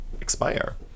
expire